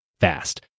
fast